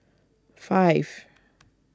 five